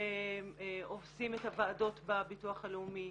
שעושים את הוועדות בביטוח הלאומי,